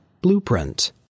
Blueprint